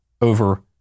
over